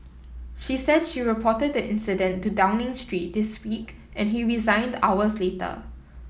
she said she reported the incident to Downing Street this week and he resigned hours later